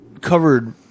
covered